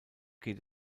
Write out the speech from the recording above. geht